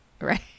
right